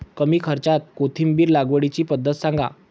कमी खर्च्यात कोथिंबिर लागवडीची पद्धत सांगा